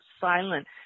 silent